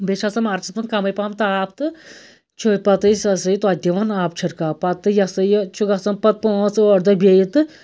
بیٚیہِ چھُ آسان مارچَس مَنٛز کمٕے پہن تاپھ تہٕ چھُ پتہٕ أسۍ یہِ ہَسا یہِ تویتہِ دِوان آبہٕ چھِرکاو پَتہٕ یہِ ہَسا یہِ چھُ گَژھان پَتہٕ پانٛژھ ٲٹھ دۄہ بیٚیہِ تہٕ